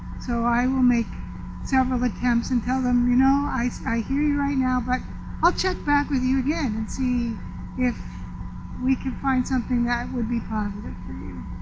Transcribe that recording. so i will make several attempts and tell them, you know, i so i hear you right now but i'll check back with you again and see if we find something that would be positive for you.